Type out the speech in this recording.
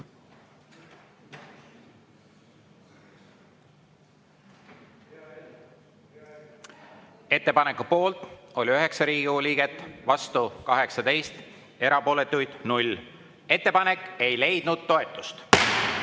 Ettepaneku poolt oli 9 Riigikogu liiget, vastu 18, erapooletuid 0. Ettepanek ei leidnud toetust.